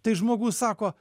tai žmogus sako